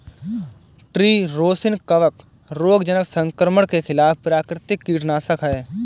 tree rosin कवक रोगजनक संक्रमण के खिलाफ प्राकृतिक कीटनाशक है